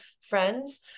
friends